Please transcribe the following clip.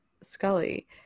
scully